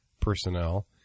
personnel